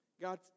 God